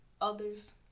others